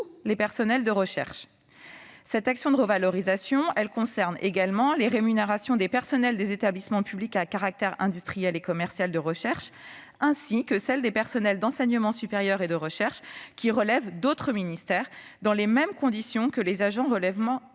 les personnels de recherche. Cette action de revalorisation concerne également les rémunérations des personnels des établissements publics à caractère industriel et commercial de recherche, ainsi que celles des personnels d'enseignement supérieur et de recherche, qui relèvent d'autres ministères, dans les mêmes conditions que les agents relevant